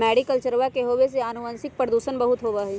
मैरीकल्चरवा के होवे से आनुवंशिक प्रदूषण बहुत होबा हई